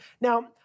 Now